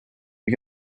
you